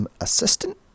assistant